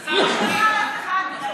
שר הפנים.